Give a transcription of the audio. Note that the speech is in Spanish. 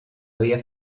había